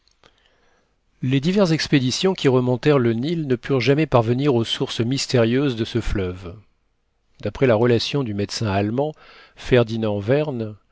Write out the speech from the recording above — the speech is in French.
les diverses expéditions qui remontèrent le nil ne purent jamais parvenir aux sources mystérieuses de ce fleuve d'après la relation du médecin allemand ferdinand werne